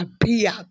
appear